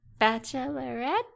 bachelorette